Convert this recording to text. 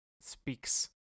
speaks